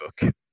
book